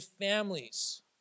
families